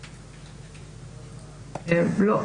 לא.